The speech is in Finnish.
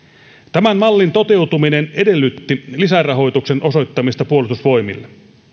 tämän mallin toteutuminen edellytti lisärahoituksen osoittamista puolustusvoimille